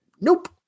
Nope